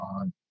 on